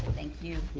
thank you.